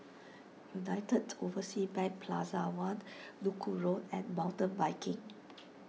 United Overseas Bank Plaza one Duku Road and Mountain Biking